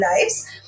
lives